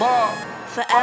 Forever